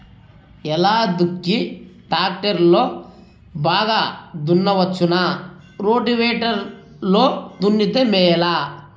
ఎలా దుక్కి టాక్టర్ లో బాగా దున్నవచ్చునా రోటివేటర్ లో దున్నితే మేలా?